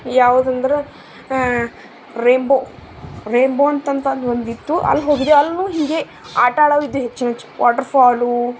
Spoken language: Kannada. ಯಾವುದಂದ್ರ ರೈಂಬೋ ರೈಂಬೋ ಅಂತಂತ ಒಂದಿತ್ತು ಅಲ್ಲಿ ಹೋಗಿದ್ದೇವ್ ಅಲ್ಲೂ ಹಿಂಗೆ ಆಟ ಆಡೋವ್ ಇದ್ದುವು ಹೆಚ್ಚು ಹೆಚ್ಚು ವಾಟ್ರ್ ಫಾಲು